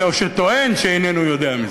או שטוען שאיננו יודע.